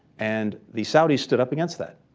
and the saudis stood up against that.